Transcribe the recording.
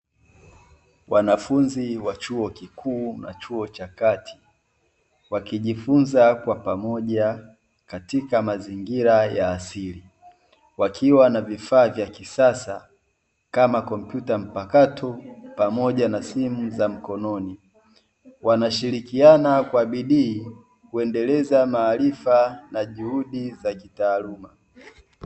Wanafunzi wa chuo kikuu na chuo cha kati wakijifunza kwa pamoja katika mazingira ya asili, wakiwa na vifaa vya kisasa kama kompyuta mpakato, pamoja na simu za mkononi, wanashirikiana kwa bidii kuendeleza maarifa na juhudi za kitaaluma.